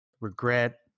regret